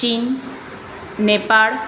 Chin Nepal